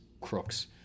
crooks